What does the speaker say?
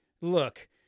look